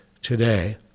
today